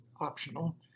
optional